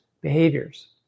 behaviors